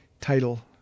title